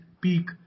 peak